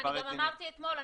ואני גם אמרתי אתמול,